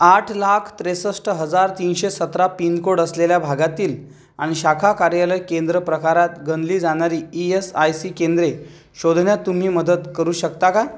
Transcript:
आठ लाख त्रेसष्ट हजार तीनशे सतरा पिनकोड असलेल्या भागातील आणि शाखा कार्यालय केंद्र प्रकारात गणली जाणारी ई एस आय सी केंद्रे शोधण्यात तुम्ही मदत करू शकता का